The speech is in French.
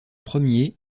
premier